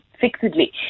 fixedly